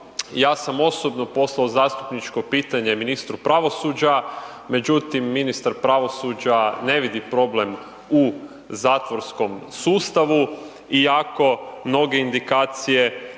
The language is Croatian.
Ja sam osobno poslao zastupničko pitanje ministru pravosuđa, međutim ministar pravosuđa ne vidi problem u zatvorskom sustavu iako mnoge indikacije